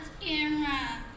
camera